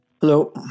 Hello